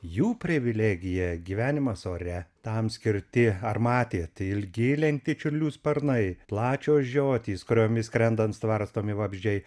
jų privilegija gyvenimas ore tam skirti ar matėt ilgi lenkti čiurlių sparnai plačios žiotys kuriomis skrendant stvarstomi vabzdžiai